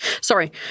Sorry